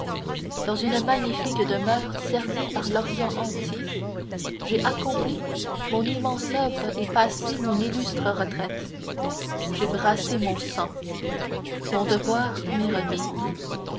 dans une magnifique demeure cernée par l'orient entier j'ai accompli mon immense oeuvre et passé mon illustre retraite j'ai brassé mon sang mon devoir m'est remis